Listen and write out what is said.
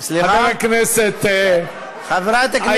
חברת הכנסת עאידה.